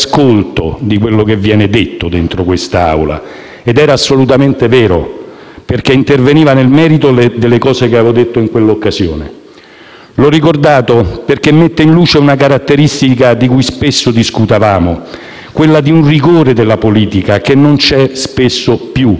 L'ho ricordato perché questo mette in luce una caratteristica di cui spesso discutevamo: quella di un rigore della politica che spesso non c'è più, dello studio e dell'ascolto che, anche nel confronto aspro, anzi tanto più, non deve venire meno.